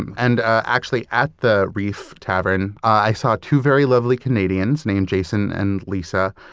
and and actually, at the reef tavern, i saw two very lovely canadians named jason and lisa.